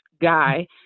guy